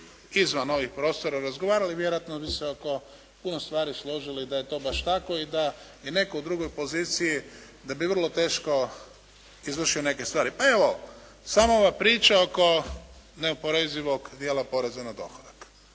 izvan ovih prostora razgovarali vjerojatno bi se oko puno stvari složili da je to baš tako i da je to baš tako i da je netko u drugoj poziciji da bi vrlo teško izvršio neke stvari. Pa evo sama ova priča oko neoporezivog dijela poreza na dohodak,